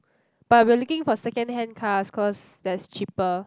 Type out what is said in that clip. but we are looking for second hand cars cause that's cheaper